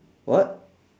what